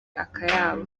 akayabo